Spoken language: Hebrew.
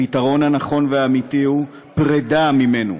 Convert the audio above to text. הפתרון הנכון והאמיתי הוא פרידה ממנו,